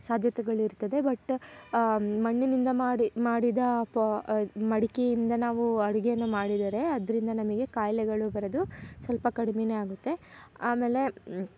ಸಾಧ್ಯತೆಗಳಿರ್ತದೆ but ಮಣ್ಣಿನಿಂದ ಮಾಡಿ ಮಾಡಿದ ಪೊ ಮಡಿಕೆಯಿಂದ ನಾವು ಅಡುಗೆಯನ್ನು ಮಾಡಿದರೆ ಅದರಿಂದ ನಮಗೆ ಖಾಯ್ಲೆಗಳು ಬರೋದು ಸ್ವಲ್ಪ ಕಡ್ಮೆ ಆಗುತ್ತೆ ಆಮೇಲೆ